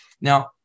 Now